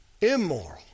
immoral